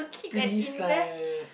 please lah